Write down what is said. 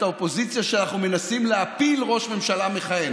האופוזיציה שאנחנו מנסים להפיל ראש ממשלה מכהן,